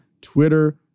Twitter